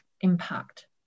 impact